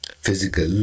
physical